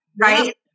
right